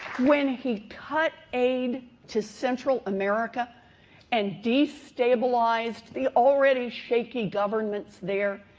when he cut aid to central america and destabilized the already shaky governments there,